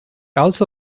also